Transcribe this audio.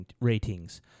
ratings